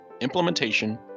implementation